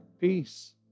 peace